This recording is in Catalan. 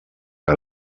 que